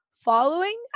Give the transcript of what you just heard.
following